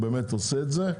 הוא באמת עושה את זה.